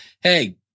Hey